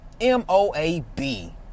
M-O-A-B